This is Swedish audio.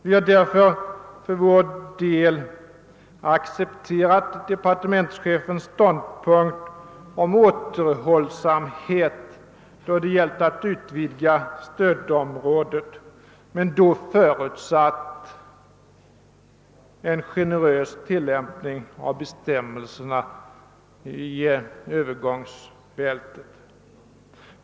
För vår del har vi därför accepterat departementschefens ståndpunkt om återhållsamhet då det gällt att utvidga stödområdet men har då förutsatt en generös tillämpning av bestämmelserna i övergångsbältet.